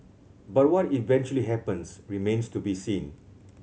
but what eventually happens remains to be seen